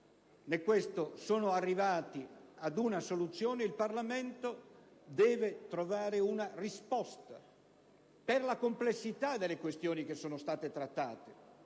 né questo sono arrivati ad una soluzione. Il Parlamento deve trovare una risposta per la complessità delle questioni che sono state trattate